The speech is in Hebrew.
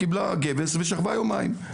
קיבלה גבס ושכבה יומיים,